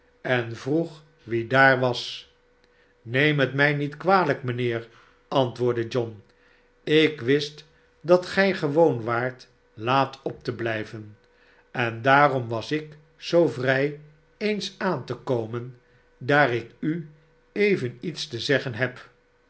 en vroeg wie daar was neem het mij niet kwalijk mynheer antwoordde john ik wist dat gij gewoon waart laat op te blijven en daarom was ik zoo vrij eens aan te komen daar ik u even iets te zeggen heb